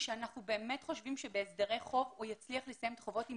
ואנחנו באמת חושבים שבהסדרי חוב הוא יצליח לסיים את החובות עם